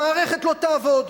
המערכת לא תעבוד.